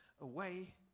away